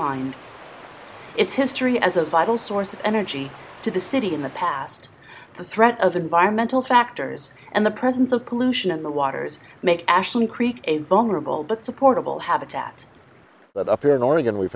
mind its history as a vital source of energy to the city in the past the threat of environmental factors and the presence of pollution in the waters make ashley creek a vulnerable but supportable habitat but up here in oregon we've